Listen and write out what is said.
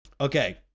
Okay